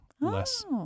less